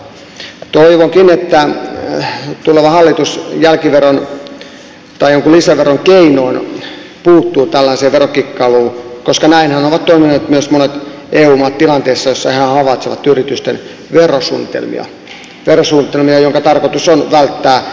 toivonkin että tuleva hallitus jälkiveron tai jonkin lisäveron keinoin puuttuu tällaiseen verokikkailuun koska näinhän ovat toimineet myös monet eu maat tilanteessa jossa ne havaitsevat yritysten verosuunnitelmia joiden tarkoitus on välttää veronkorotuksia